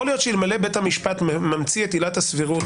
יכול להיות שאלמלא בית המשפט ממציא את עילת הסבירות